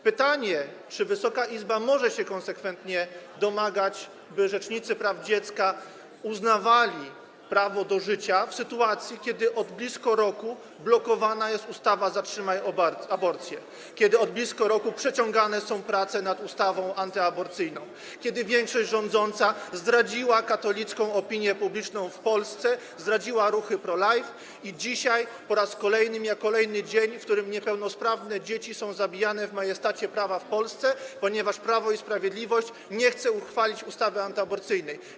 Pytanie, czy Wysoka Izba może się konsekwentnie domagać, by rzecznicy praw dziecka uznawali prawo do życia w sytuacji, kiedy od blisko roku blokowana jest ustawa „Zatrzymaj aborcję”, kiedy od blisko roku przeciągane są prace nad ustawą antyaborcyjną, kiedy większość rządząca zdradziła katolicką opinię publiczną w Polsce, zdradziła ruchy pro-life i dzisiaj po raz kolejny mija kolejny dzień, w którym niepełnosprawne dzieci są zabijane w majestacie prawa w Polsce, ponieważ Prawo i Sprawiedliwość nie chce uchwalić ustawy antyaborcyjnej.